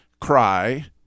cry